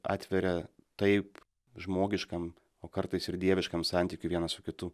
atveria taip žmogiškam o kartais ir dieviškam santykiui vienas su kitu